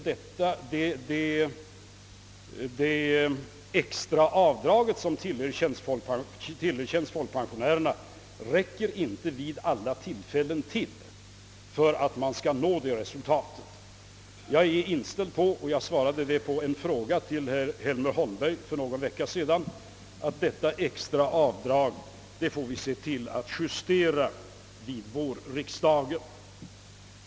Det extra avdrag som tillerkännes folkpensionärerna räcker emellertid inte vid alla tillfällen för att man skall nå det resultatet. På en fråga av herr Helmer Holmberg för en vecka sedan svarade jag att vi bör justera detta extra avdrag vid vårriksdagen.